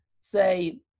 say